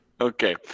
Okay